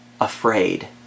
afraid